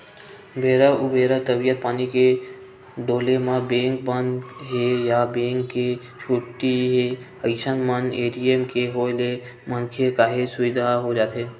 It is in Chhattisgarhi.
बेरा उबेरा तबीयत पानी के डोले म बेंक बंद हे या बेंक के छुट्टी हे अइसन मन ए.टी.एम के होय ले मनखे काहेच सुबिधा हो जाथे